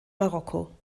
marokko